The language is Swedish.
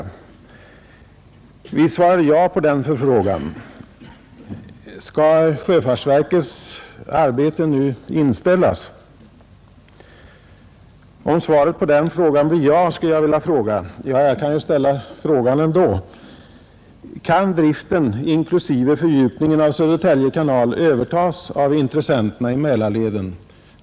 Vi svarade ja på den förfrågan. Skall sjöfartsverkets arbete nu inställas? Om svaret på den frågan skulle bli ja, skulle jag vilja framställa följande fråga: Kan driften inklusive fördjupningen av Södertälje kanal övertas av intressenterna i Mälarleden?